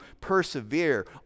persevere